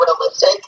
realistic